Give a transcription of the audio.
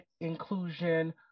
inclusion